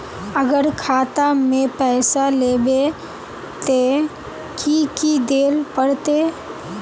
अगर खाता में पैसा लेबे ते की की देल पड़ते?